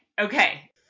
okay